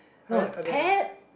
not ted